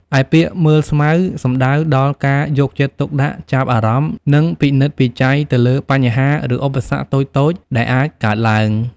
ឯពាក្យ មើលស្មៅ សំដៅដល់ការយកចិត្តទុកដាក់ ចាប់អារម្មណ៍ និងពិនិត្យពិច័យទៅលើ បញ្ហា ឬឧបសគ្គតូចៗ ដែលអាចកើតឡើង។